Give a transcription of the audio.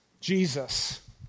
Jesus